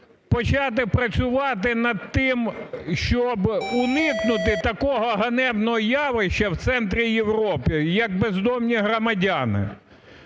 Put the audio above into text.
почати працювати над тим, щоб уникнути такого ганебного явища в центрі Європи як бездомні громадяни?